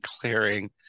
clearing